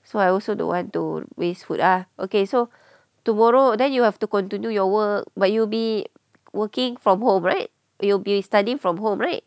so I also don't want to waste food ah okay so tomorrow then you have to continue your work but you be working from home right you'll be studying from home right